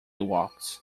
walks